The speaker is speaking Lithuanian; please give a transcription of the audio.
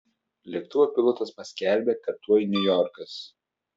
lėktuvo pilotas paskelbia kad tuoj niujorkas